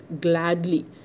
gladly